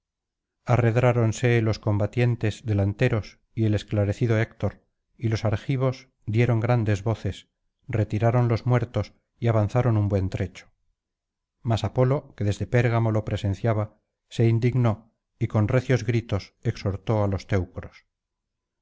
la ilíada batientes delanteros y el esclarecido héctor y los argivos dieron grandes voces retiraron los muertos y avanzaron un buen trecho mas apolo que desde pérgamo lo presenciaba se indignó y con recios gritos exhortó á los teucros